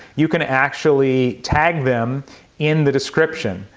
you can actually tag them in the description.